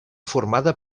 formada